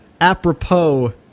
apropos